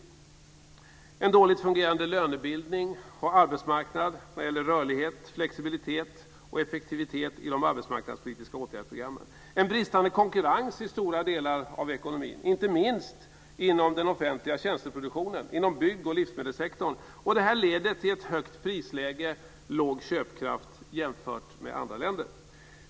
Det handlar också om en dåligt fungerande lönebildning och arbetsmarknad vad gäller rörlighet, flexibilitet och effektivitet inom de arbetsmarknadspolitiska åtgärdsprogrammen. En bristande konkurrens i stora delar av ekonomin, inte minst inom den offentliga tjänsteproduktionen, inom bygg och livsmedelssektorn, leder till ett högt prisläge och låg köpkraft jämfört med andra länder.